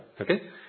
Okay